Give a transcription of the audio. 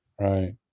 Right